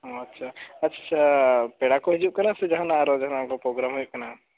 ᱚ ᱟᱪᱪᱷᱟ ᱟᱪᱪᱷᱟ ᱯᱮᱲᱟ ᱠᱚ ᱦᱤᱡᱩᱜ ᱠᱟᱱᱟ ᱥᱮ ᱡᱟᱦᱟᱱᱟᱜ ᱟᱨᱚ ᱡᱟᱦᱟᱱᱟᱜ ᱚᱱᱠᱟ ᱯᱨᱳᱜᱨᱟᱢ ᱦᱩᱭᱩᱜ ᱠᱟᱱᱟ